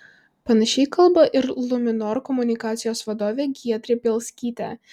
panašiai kalba ir luminor komunikacijos vadovė giedrė bielskytė